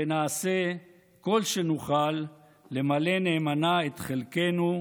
ונעשה כל שנוכל למלא נאמנה את חלקנו במימושו.